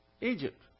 Egypt